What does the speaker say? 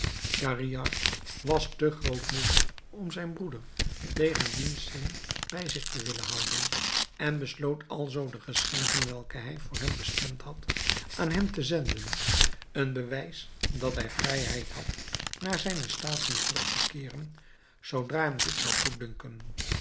schahriar was te grootmoedig om zijn broeder tegen diens zin bij zich te willen houden en besloot alzoo de geschenken welke hij voor hem bestemd had aan hem te zenden een bewijs dat hij vrijheid had naar zijne staten terug te keeren zoodra hem dit zou